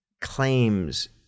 claims